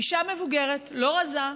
אישה מבוגרת, לא רזה,